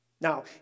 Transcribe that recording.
Now